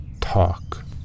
talk